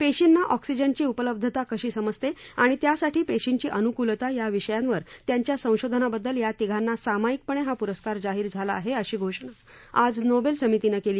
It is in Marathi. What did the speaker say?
पेशींना ऑक्सिजनची उपलब्धता कशी समजते आणि त्यासाठी पेशींची अन्कुलता या विषयांवर त्यांच्या संशोधनाबददल या तिघांना सामायिकपणे हा प्रस्कार जाहीर झाला आहे अशी घोषणा आज नोबेल समितीनं केली